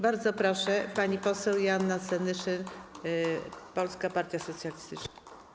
Bardzo proszę, pani poseł Joanna Senyszyn, Polska Partia Socjalistyczna.